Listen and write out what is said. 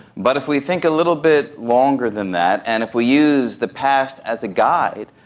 but if we think a little bit longer than that and if we use the past as a guide,